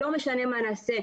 לא משנה מה נעשה,